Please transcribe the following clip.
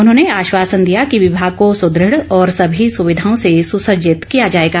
उन्होंन आश्वासन दिया कि विभाग को सुदृढ़ और सभी सुविधाओं से सुसज्जित किया जाएगा